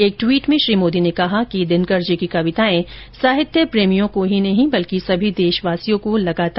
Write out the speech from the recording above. एक ट्वीट में श्री मोदी ने कहा कि दिनकर जी की कविताएं साहित्य प्रेमियों को ही नहीं बल्कि सभी देशवासियों को लगातार प्रेरित करती रहेंगी